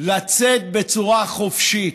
לצאת בצורה חופשית.